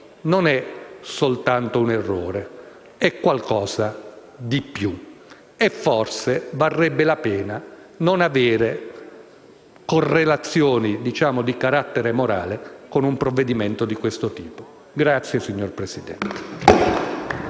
non è soltanto un errore, è davvero qualcosa di più. E forse varrebbe la pena non avere correlazioni di carattere "morale" con un provvedimento di questo tipo. *(Applausi dal